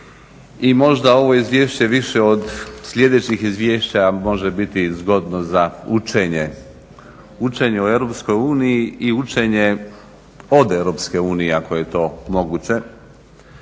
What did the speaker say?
i možda ovo izvješće više od sljedećih izvješća može biti zgodno za učenje o EU i učenje od EU ako je to moguće